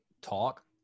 Talk